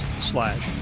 slash